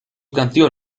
canción